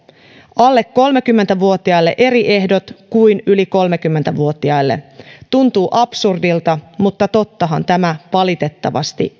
alle kolmekymmentä vuotiaille eri ehdot kuin yli kolmekymmentä vuotiaille tuntuu absurdilta mutta tottahan tämä valitettavasti